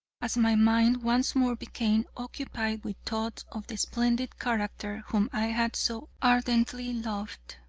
as my mind once more became occupied with thoughts of the splendid character whom i had so ardently loved,